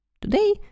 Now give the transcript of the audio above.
Today